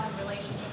relationship